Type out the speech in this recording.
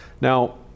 Now